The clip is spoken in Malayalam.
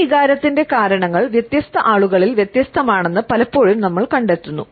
ഈ വികാരത്തിന്റെ കാരണങ്ങൾ വ്യത്യസ്ത ആളുകളിൽ വ്യത്യസ്തമാണെന്ന് പലപ്പോഴും നമ്മൾ കണ്ടെത്തുന്നു